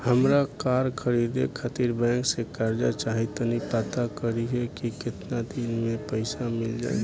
हामरा कार खरीदे खातिर बैंक से कर्जा चाही तनी पाता करिहे की केतना दिन में पईसा मिल जाइ